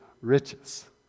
riches